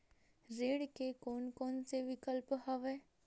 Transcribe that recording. ऋण के कोन कोन से विकल्प हवय?